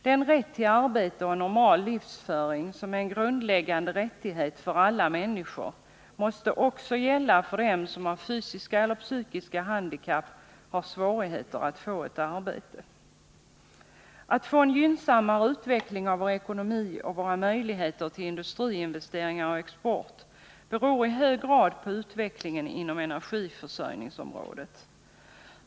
Den rätt till arbete och normal livsföring som är grundläggande för alla människor måste också gälla för dem som på grund av fysiska eller psykiska handikapp har svårigheter att få ett arbete. Möjligheterna att få en gynnsammare utveckling av vår ekonomi och våra möjligheter till industriinvesteringar och export beror i hög grad på utvecklingen inom energiförsörjningsområdet.